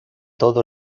todo